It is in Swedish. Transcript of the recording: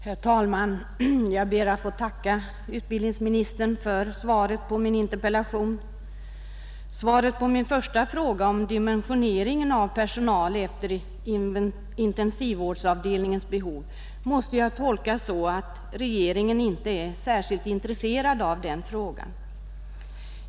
Fru talman! Jag ber att få tacka utbildningsministern för svaret på min interpellation. Svaret på min första fråga om dimensioneringen av personalstyrkan efter intensivvårdsavdelningarnas behov fattar jag så, att regeringen inte är särskilt intresserad av den frågan.